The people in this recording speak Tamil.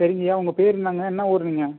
சரிங்க ஐயா உங்கள் பேர் என்னாங்க என்ன ஊர் நீங்கள்